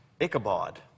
Ichabod